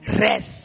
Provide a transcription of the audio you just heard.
Rest